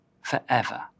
forever